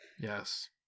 Yes